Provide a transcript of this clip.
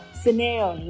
scenario